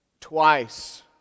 Twice